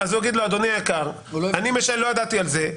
אז הוא יגיד לו: אדוני היקר, אני לא ידעתי על זה.